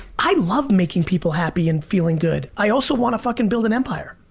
i love making people happy and feeling good. i also wanna fucking build an empire.